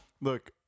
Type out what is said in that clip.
look